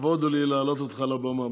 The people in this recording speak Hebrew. כבוד הוא לי להעלות אותך לבמה.